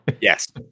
Yes